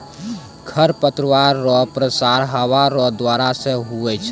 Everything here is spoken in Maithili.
खरपतवार रो प्रसार हवा रो द्वारा से हुवै छै